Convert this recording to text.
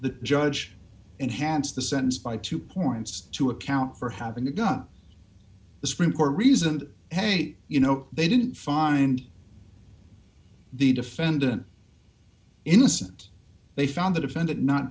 the judge enhanced the sentence by two points to account for having a gun the supreme court reasoned hey you know they didn't find the defendant innocent they found the defendant not